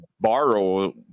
Borrow